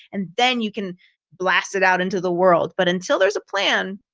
and then you can blast it out into the world. but until there's a plan,